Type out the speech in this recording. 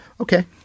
Okay